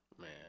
Man